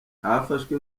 hafashwe